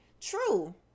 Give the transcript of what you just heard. true